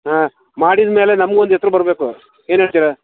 ಹಾಂ ಮಾಡಿದಮೇಲೆ ನಮಗೂ ಒಂದು ಹೆಸರು ಬರಬೇಕು ಏನೇಳ್ತೀರಾ